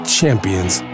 champions